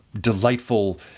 delightful